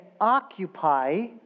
occupy